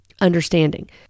understanding